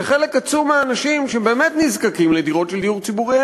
שחלק עצום מהאנשים שבאמת נזקקים לדירות של דיור ציבורי,